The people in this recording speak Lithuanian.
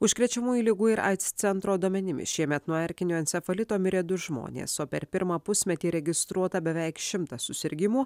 užkrečiamųjų ligų ir aids centro duomenimis šiemet nuo erkinio encefalito mirė du žmonės o per pirmą pusmetį registruota beveik šimtas susirgimų